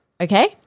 okay